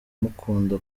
mukunda